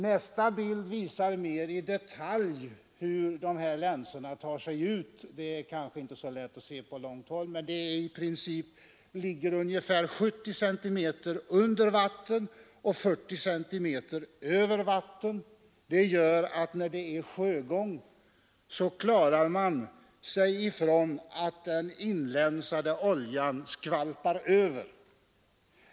Nästa bild visar mer i detalj hus dessa länsor tar sig ut — det är kanske inte så lätt att se det på långt håll. I princip ligger de ungefär 70 cm under vatten och 40 cm över vatten. Det gör att även vid sjögång klarar man sig ifrån att den inlänsade oljan skvalpar över.